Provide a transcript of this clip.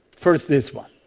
first this one.